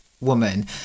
woman